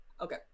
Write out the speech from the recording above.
okay